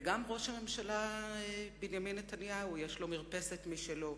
וגם לראש הממשלה בנימין נתניהו יש מרפסת משלו.